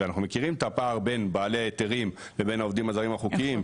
ואנחנו מכירים את הפער בין בעלי ההיתרים לבין העובדים הזרים החוקיים,